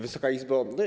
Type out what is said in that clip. Wysoka Izbo!